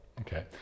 Okay